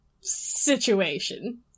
situation